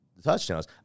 touchdowns